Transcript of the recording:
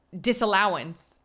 disallowance